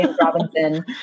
Robinson